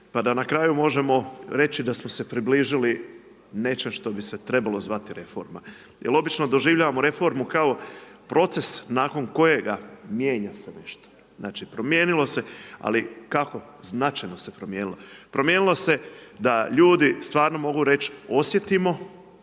pa da na kraju možemo reći da smo se približili nečem što bi se trebalo zvati reforma. Jer obično doživljavamo reformu kao proces nakon kojega mijenja se nešto. Znači promijenilo se, ali kako? Značajno se promijenilo. Promijenilo se da ljudi stvarno mogu reći osjetimo